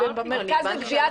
לפרק את מחלקות הגבייה